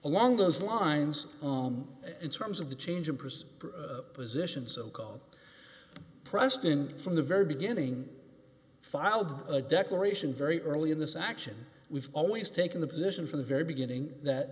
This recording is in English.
along those lines on in terms of the change in pursuit position so called preston from the very beginning filed a declaration very early in this action we've always taken the position from the very beginning that